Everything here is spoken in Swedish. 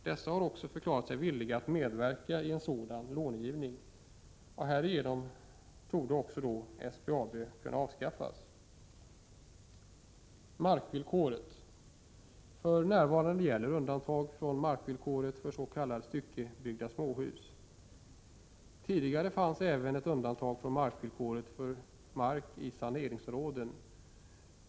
Dessa har också förklarat sig villiga att medverka i en sådan lånegivning. Härigenom torde också SBAB kunna avskaffas. Så några ord om markvillkoret. För närvarande gäller undantag från markvillkoret för s.k. styckebyggda småhus. Tidigare fanns även ett undantag härvidlag för mark i saneringsområden.